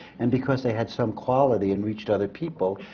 and because they had some quality and reached other people,